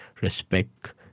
respect